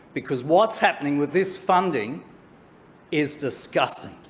because what's happening with this funding is disgusting.